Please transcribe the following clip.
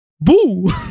boo